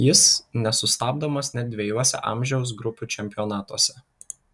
jis nesustabdomas net dviejuose amžiaus grupių čempionatuose